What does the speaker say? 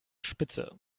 spitze